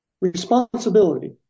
Responsibility